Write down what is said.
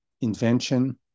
invention